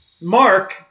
Mark